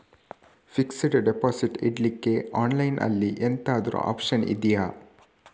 Fixed deposit ಇಡ್ಲಿಕ್ಕೆ online ಅಲ್ಲಿ ಎಂತಾದ್ರೂ ಒಪ್ಶನ್ ಇದ್ಯಾ?